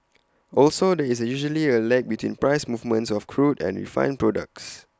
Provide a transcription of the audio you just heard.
also there is usually A lag between price movements of crude and refined products